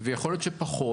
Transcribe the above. ויכול להיות שפחות.